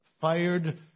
fired